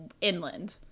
inland